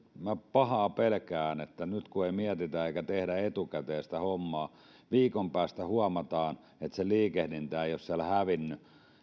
pahaa pelkään että nyt kun ei mietitä eikä tehdä etukäteen sitä hommaa niin viikon päästä huomataan että se liikehdintä ei ole sieltä hävinnyt